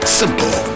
simple